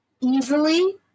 easily